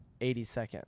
82nd